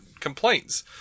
complaints